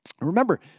Remember